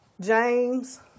James